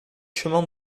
chemin